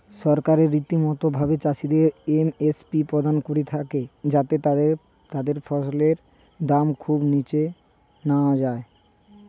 সরকার রীতিমতো ভাবে চাষিদের এম.এস.পি প্রদান করে থাকে যাতে তাদের ফসলের দাম খুব নীচে না যায়